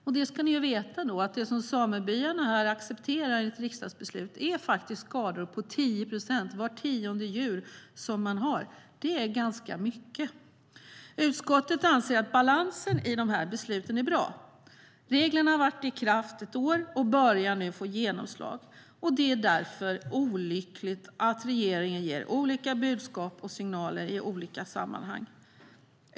Ni ska veta att det som samebyarna accepterar i ett riksdagsbeslut faktiskt är skador på 10 procent - vart tionde djur. Det är ganska mycket. Utskottet anser att balansen i dessa beslut är bra. Reglerna har varit i kraft ett år och börjar nu få genomslag. Det är därför olyckligt att regeringen ger olika budskap och signaler i olika sammanhang.